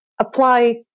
apply